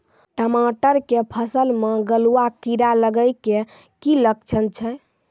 टमाटर के फसल मे गलुआ कीड़ा लगे के की लक्छण छै